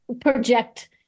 project